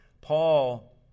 Paul